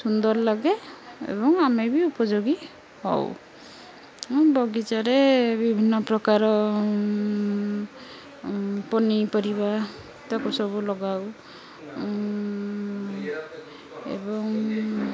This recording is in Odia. ସୁନ୍ଦର ଲାଗେ ଏବଂ ଆମେ ବି ଉପଯୋଗୀ ହଉ ବଗିଚାରେ ବିଭିନ୍ନ ପ୍ରକାର ପନିପରିବା ତାକୁ ସବୁ ଲଗାଉ ଏବଂ